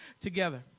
together